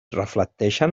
reflecteixen